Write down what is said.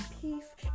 peace